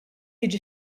jiġi